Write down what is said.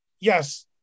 Yes